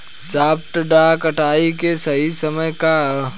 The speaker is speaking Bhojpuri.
सॉफ्ट डॉ कटाई के सही समय का ह?